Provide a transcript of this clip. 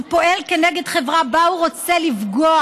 והוא פועל כנגד חברה שהוא רוצה לפגוע